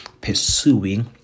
pursuing